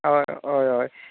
आं हय हय